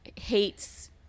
hates